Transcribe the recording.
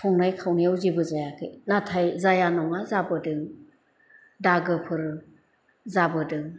संनाय खावनायाव जेबो जायाखै नाथाय जाया नङा जाबोदों दागोफोर जाबोदों